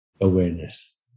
Awareness